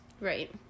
Right